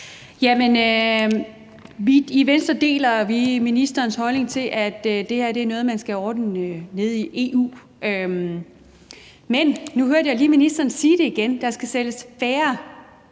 I Venstre deler vi ministerens holdning til, at det her er noget, man skal ordne nede i EU. Men nu hørte jeg lige ministeren sige det igen: Der skal sælges færre